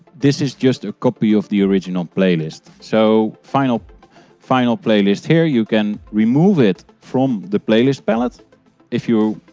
this is just a copy of the original playlist. so final final playlist here, you can remove it from the playlist pallette if you